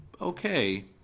okay